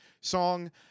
song